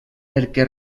perquè